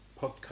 podcast